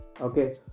Okay